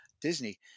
Disney